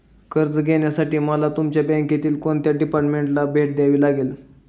कर्ज घेण्यासाठी मला तुमच्या बँकेतील कोणत्या डिपार्टमेंटला भेट द्यावी लागेल?